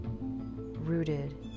rooted